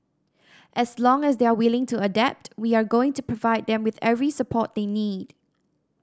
as long as they are willing to adapt we are going to provide them with every support they need